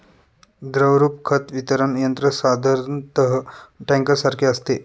द्रवरूप खत वितरण यंत्र साधारणतः टँकरसारखे असते